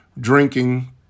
drinking